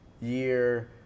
year